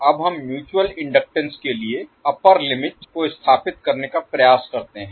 अब हम mutual inductance के लिए अप्पर Upper ऊपरी लिमिट Limit सीमा को स्थापित करने का प्रयास करते हैं